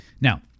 Now